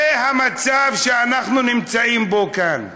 זה המצב שאנחנו נמצאים בו כאן.